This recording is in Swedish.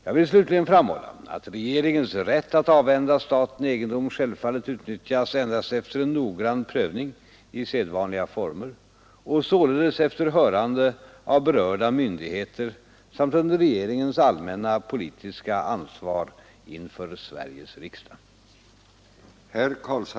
Jag vill slutligen framhålla att regeringens rätt att avhända staten egendom självfallet utnyttjas endast efter en noggrann prövning i sedvanliga former och således efter hörande av berörda myndigheter samt under regeringens allmänna politiska ansvar inför Sverigens riksdag.